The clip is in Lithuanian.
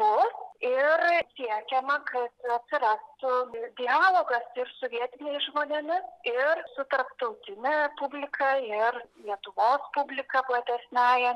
bus ir kviečiama kad atsirastų ir dialogas ir su vietiniais žmonėmis ir su tarptautine publika ir lietuvos publika platesniąja